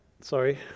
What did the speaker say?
Sorry